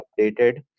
updated